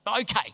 Okay